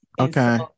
okay